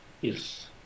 yes